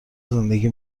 زندگی